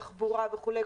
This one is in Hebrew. תחבורה וכולי,